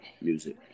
music